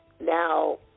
Now